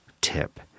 tip